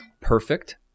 perfect